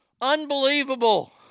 Unbelievable